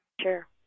Sure